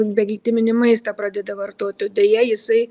beglitiminį maistą pradeda vartoti deja jisai